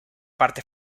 parte